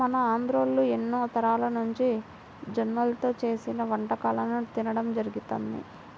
మన ఆంధ్రోల్లు ఎన్నో తరాలనుంచి జొన్నల్తో చేసిన వంటకాలను తినడం జరుగతంది